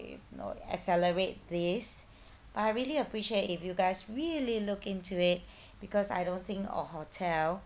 you know accelerate this but I really appreciate if you guys really look into it because I don't think a hotel